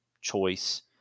choice